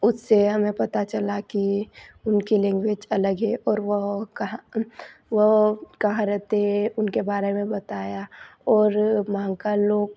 उससे हमें पता चला कि उनकी लैंग्वेज अलग है और वो कहाँ वो कहाँ रहते हैं उनके बारे में बताया और वहाँ का लोग